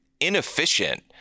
inefficient